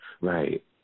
Right